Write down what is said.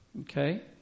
okay